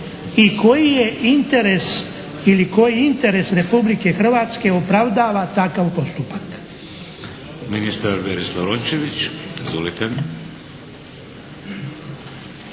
I koji je interes ili koji interes Republike Hrvatske opravdava takav postupak?